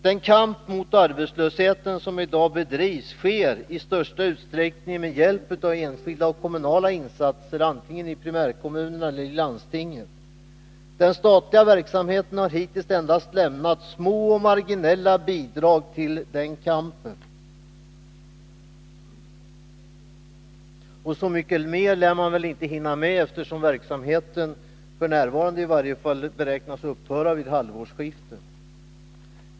Den kamp mot arbetslösheten som i dag bedrivs sker i största utsträckning med hjälp av enskilda och kommunala insatser antingen i primärkommunerna eller i landstingen. Den statliga verksamheten har hittills endast lämnat små och marginella bidrag till den kampen. Och så mycket mer lär man väl inte hinna med, eftersom verksamheten, f. n. i varje fall, beräknas upphöra vid halvårsskiftet.